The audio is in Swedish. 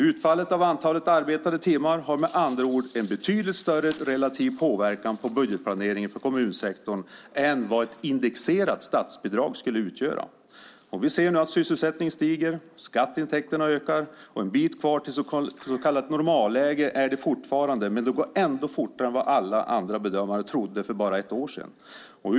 Utfallet av antalet arbetade timmar har med andra ord en betydligt större relativ påverkan på budgetplaneringen för kommunsektorn än vad ett indexerat statsbidrag skulle ha. Vi ser nu att sysselsättningen stiger och att skatteintäkterna ökar. Fortfarande är det en bit kvar till så kallat normalläge, men det går fortare än vad alla andra bedömare för bara ett år sedan trodde.